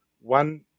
One